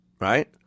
right